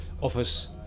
Office